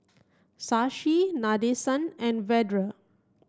Shashi Nadesan and Vedre